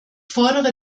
fordere